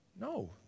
No